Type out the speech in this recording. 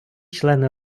члени